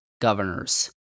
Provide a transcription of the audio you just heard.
governors